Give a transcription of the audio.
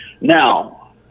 Now